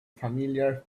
familiar